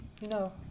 No